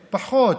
שפחות,